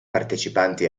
partecipanti